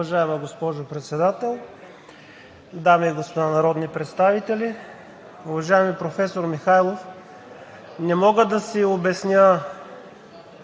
Уважаема госпожо Председател, дами и господа народни представители! Уважаеми професор Михайлов, не мога да си обясня